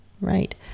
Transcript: right